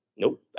Nope